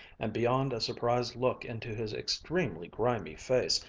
and beyond a surprised look into his extremely grimy face,